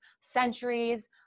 centuries